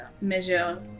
measure